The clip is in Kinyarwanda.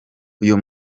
uyu